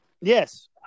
Yes